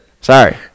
Sorry